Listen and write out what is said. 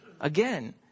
Again